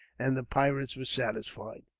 and the pirates were satisfied.